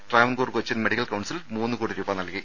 Travancore Cochin medical council മൂന്ന് കോടി രൂപ നൽകി